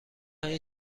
این